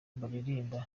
baririmba